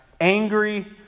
angry